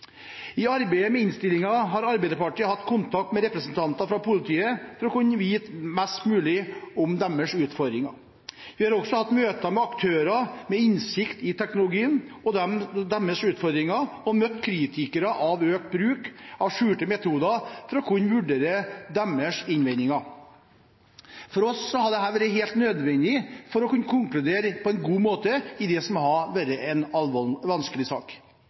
I arbeidet med innstillingen har Arbeiderpartiet hatt kontakt med representanter for politiet for å kunne vite mest mulig om deres utfordringer. Vi har også hatt møter med aktører med innsikt i teknologien og dens utfordringer og møtt kritikere av økt bruk av skjulte metoder for å kunne vurdere deres innvendinger. For oss har dette vært helt nødvendig for å kunne konkludere på en god måte i det som har vært en vanskelig sak.